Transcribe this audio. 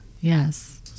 Yes